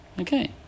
Okay